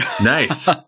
Nice